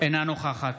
אינה נוכחת